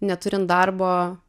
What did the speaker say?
neturint darbo